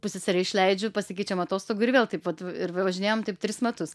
pusseserę išleidžiu pasikeičiam atostogų ir vėl taip vat ir važinėjom taip tris metus